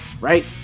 right